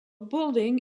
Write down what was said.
building